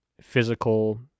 physical –